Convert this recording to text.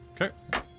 Okay